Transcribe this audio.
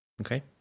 Okay